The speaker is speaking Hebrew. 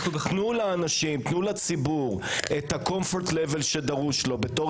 תנו לציבור את הקומפורט לבל שדרוש לו בתור